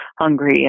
hungry